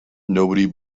nobody